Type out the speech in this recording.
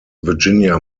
virginia